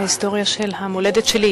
ההיסטוריה של המולדת שלי,